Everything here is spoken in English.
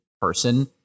person